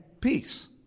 peace